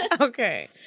Okay